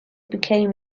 became